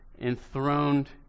enthroned